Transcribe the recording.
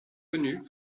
connue